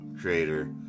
creator